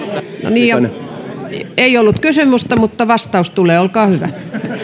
ei ollut kysymystä mutta vastaus tulee olkaa hyvä